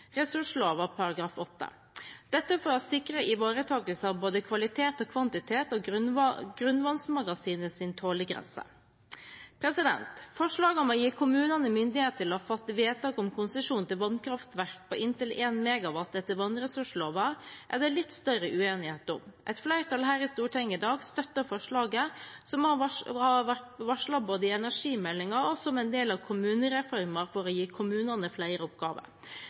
dette for å sikre ivaretakelse av både kvalitet og kvantitet når det gjelder grunnvannsmagasinets tålegrense. Forslaget om å gi kommunene myndighet til å fatte vedtak om konsesjon til vannkraftverk på inntil 1 MW etter vannressursloven, er det litt større uenighet om. Et flertall her i Stortinget i dag støtter forslaget, som har vært varslet både i energimeldingen og som en del av kommunereformen for å gi kommunene flere oppgaver.